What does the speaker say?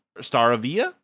Staravia